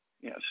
Yes